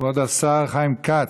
כבוד השר חיים כץ,